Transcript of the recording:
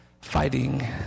fighting